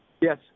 Yes